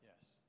Yes